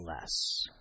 less